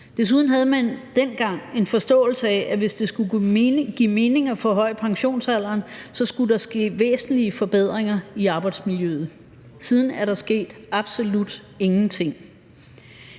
Desuden havde man dengang en forståelse af, at der, hvis det skulle give mening at forhøje pensionsalderen, så skulle ske væsentlige forbedringer i arbejdsmiljøet. Siden da er der absolut ingenting